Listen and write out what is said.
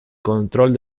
control